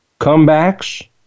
comebacks